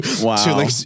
Wow